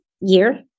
year